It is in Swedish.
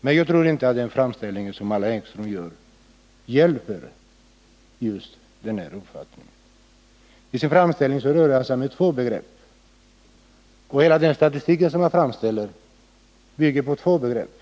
Men jag tror inte att den framställning som Allan Ekström gör hjälper just denna uppfattning. I sin framställning rör han sig med två begrepp, och hela den statistik han redovisar bygger på två begrepp.